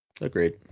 Agreed